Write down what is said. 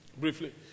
briefly